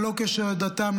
ללא קשר לדתם,